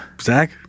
zach